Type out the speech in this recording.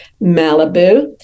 Malibu